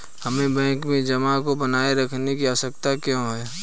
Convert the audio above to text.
हमें बैंक में जमा को बनाए रखने की आवश्यकता क्यों है?